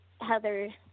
Heather